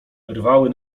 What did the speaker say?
rwały